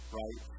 right